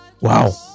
Wow